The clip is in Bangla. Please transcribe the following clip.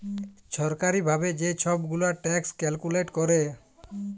ছরকারি ভাবে যে ছব গুলা ট্যাক্স ক্যালকুলেট ক্যরে